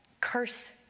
curse